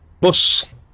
Bus